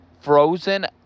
Frozen